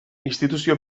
instituzio